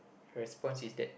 response is that